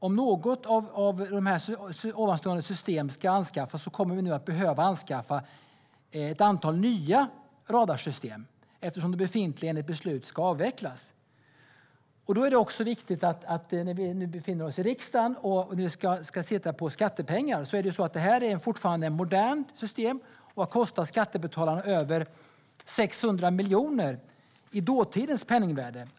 Om något av ovanstående system ska anskaffas kommer vi nu att behöva anskaffa ett antal nya radarsystem eftersom det befintliga enligt beslut ska avvecklas. När vi nu befinner oss i riksdagen och sitter på skattepengar är det viktigt att tänka på att detta fortfarande är ett modernt system, som har kostat skattebetalarna över 600 miljoner i dåtidens penningvärde.